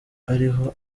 ariho